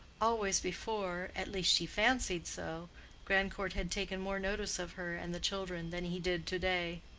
always before at least she fancied so grandcourt had taken more notice of her and the children than he did to-day.